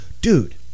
Dude